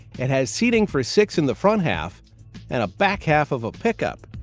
it has seating for six in the front half and back half of a pick-up.